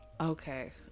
okay